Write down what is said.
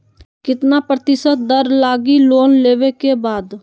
कितना प्रतिशत दर लगी लोन लेबे के बाद?